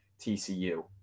TCU